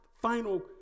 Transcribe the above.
final